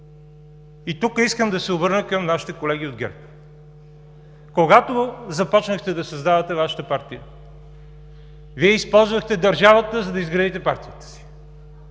Тук искам да се обърна към нашите колеги от ГЕРБ. Когато започнахте да създавате Вашата партия, Вие използвахте държавата, за да изградите партията си.